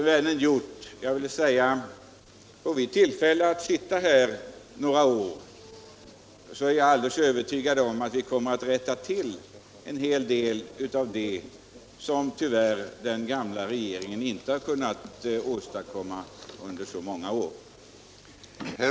Men får vi behålla majoriteten några år, är jag alldeles övertygad om att vi kommer att kunna klara en hel del av det som den gamla regeringen tyvärr inte kunnat åstadkomma på så många år.